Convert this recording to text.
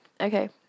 Okay